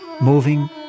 moving